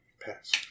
Pass